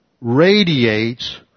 radiates